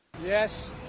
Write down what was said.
Yes